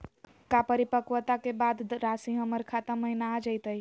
का परिपक्वता के बाद रासी हमर खाता महिना आ जइतई?